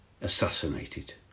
assassinated